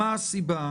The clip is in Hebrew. מה הסיבה?